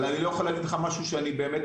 אבל אני לא יכול להגיד לך משהו שאני לא